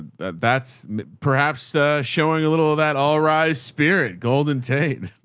that that's perhaps a showing a little of that all rise. spirit golden tate.